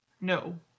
No